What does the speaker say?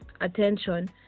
attention